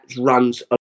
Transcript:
runs